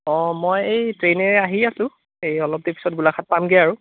অঁ মই এই ট্ৰেইনেৰে আহি আছোঁ এই অলপ দেৰি পিছত গোলাঘাট পামগৈ আৰু